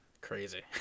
Crazy